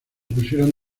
pusieron